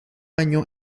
año